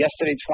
Yesterday